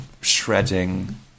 shredding